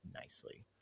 nicely